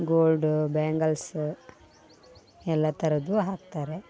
gold bangles ಎಲ್ಲ ಥರದ್ದು ಹಾಕ್ತಾರೆ